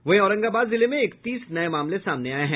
वहीं औरंगाबाद जिले में इकतीस नये मामले सामने आये हैं